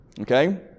okay